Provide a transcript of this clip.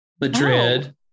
Madrid